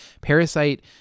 Parasite